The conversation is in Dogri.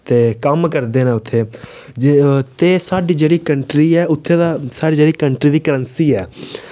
ते कम्म करदे न उत्थै जे ते साढ़ी जेह्ड़ी कंट्री ऐ उत्थै दा साढ़ी जेह्ड़ी कंट्री दी करैंसी ऐ